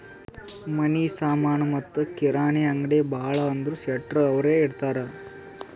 ಮನಿ ಸಾಮನಿ ಮತ್ತ ಕಿರಾಣಿ ಅಂಗ್ಡಿ ಭಾಳ ಅಂದುರ್ ಶೆಟ್ಟರ್ ಅವ್ರೆ ಇಡ್ತಾರ್